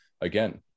again